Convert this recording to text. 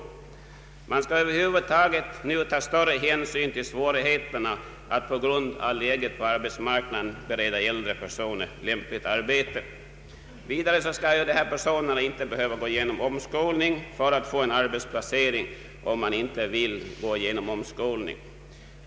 Man skall över huvud taget nu ta större hänsyn till svårigheterna att på grund av läget på arbetsmarknaden bereda äldre personer lämpligt arbete. Vidare skall dessa per Ang. vidgad förtidspensionering, m.m. soner inte behöva undergå omskolning för att få en arbetsplacering, om de inte vill detta.